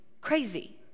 crazy